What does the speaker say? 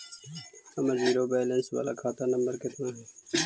हमर zero balance बाला खाता नम्बर कितना है?